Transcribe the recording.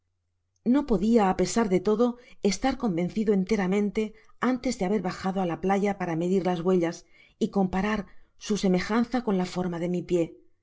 no podia á pesar de todo estar convencido enteramente antes de haber bajado á la playa para medir las huellas y comparar su semejanza con la forma de mi pie